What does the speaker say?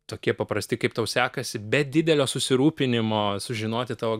tokie paprasti kaip tau sekasi be didelio susirūpinimo sužinoti tavo